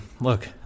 look